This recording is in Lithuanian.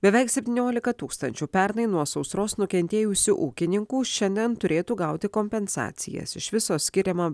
beveik septyniolika tūkstančių pernai nuo sausros nukentėjusių ūkininkų šiandien turėtų gauti kompensacijas iš viso skiriama